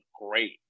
great